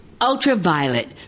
ultraviolet